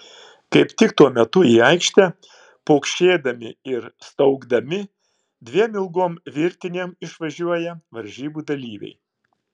kaip tik tuo metu į aikštę pokšėdami ir staugdami dviem ilgom virtinėm išvažiuoja varžybų dalyviai